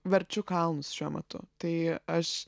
verčiu kalnus šiuo metu tai aš